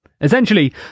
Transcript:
Essentially